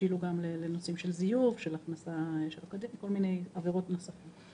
שהבשילו גם לנושאים של זיוף וכל מיני עבירות נוספות.